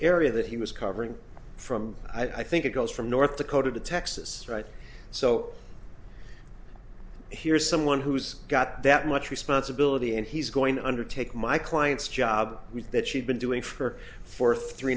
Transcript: area that he was covering from i think it goes from north dakota to texas right so here's someone who's got that much responsibility and he's going to undertake my client's job with that she'd been doing for her for three